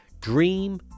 dream